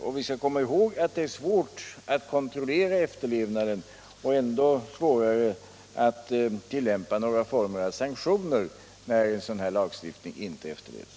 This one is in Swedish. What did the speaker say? Vi skall också komma ihåg att det är svårt att kontrollera efterlevnaden och ännu svårare att tillämpa några former av sanktioner, när en sådan lag inte efterlevs.